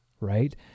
right